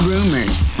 Rumors